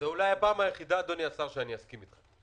זו אולי הפעם היחידה, אדוני השר, שאסכים איתך.